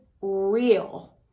real